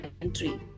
country